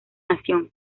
nación